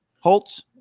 Holtz